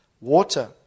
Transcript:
water